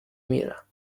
میرم